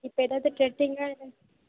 இப்போ எதாவது ட்ரெண்ட்டிங்காக எதுவும்